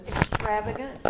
extravagant